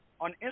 on